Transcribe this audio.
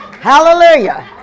Hallelujah